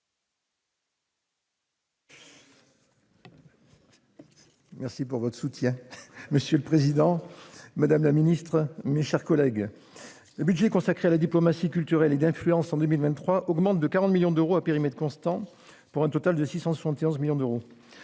M. Pierre-Antoine Levi. Monsieur le président, madame la ministre, mes chers collègues, le budget consacré à la diplomatie culturelle et d'influence en 2023 augmente de 40 millions d'euros à périmètre constant, pour un total de 671 millions d'euros.